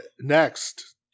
next